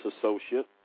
associate